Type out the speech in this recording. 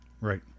Right